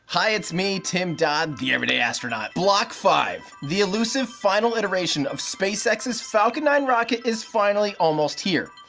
hi, it's me, tim dodd, the everyday astronaut block five. the elusive final iteration of spacex's falcon nine rocket is finally almost here.